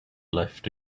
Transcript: left